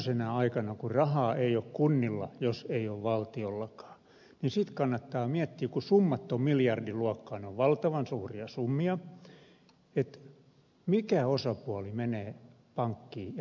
tämmöisenä aikana kun rahaa ei ole kunnilla jos ei ole valtiollakaan niin sitten kannattaa miettiä kun summat ovat miljardiluokkaa ne ovat valtavan suuria summia että mikä osapuoli menee pankkiin ja pyytää lainaa